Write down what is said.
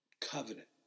covenant